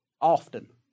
Often